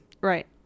Right